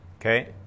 Okay